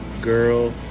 Girl